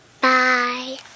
Bye